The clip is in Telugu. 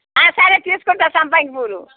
సరే తీసుకుంటాను సంపంగి పూలు